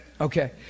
Okay